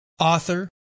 author